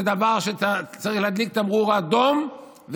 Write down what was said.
זה דבר שצריך להיות תמרור אדום.